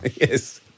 Yes